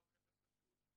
גם חפץ חשוד,